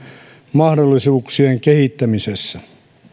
mahdollisuuksien kehittämisestä